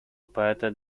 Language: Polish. poetę